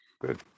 Good